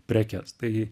prekes tai